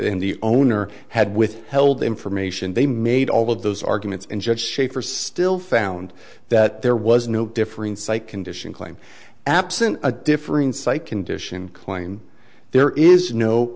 in the owner had with held information they made all of those arguments and judge schaefer still found that there was no differing site condition claimed absent a differing site condition claim there is no